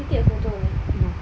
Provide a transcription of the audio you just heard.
did you take a photo of it